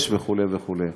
יש, וכו' וכו'.